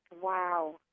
Wow